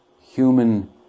human